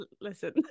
Listen